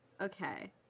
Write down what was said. Okay